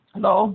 Hello